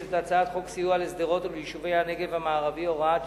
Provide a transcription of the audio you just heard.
את הצעת חוק סיוע לשדרות וליישובי הנגב המערבי (הוראת שעה)